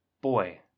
boy